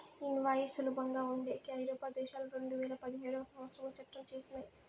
invoice సులభంగా ఉండేకి ఐరోపా దేశాలు రెండువేల పదిహేడవ సంవచ్చరంలో చట్టం చేసినయ్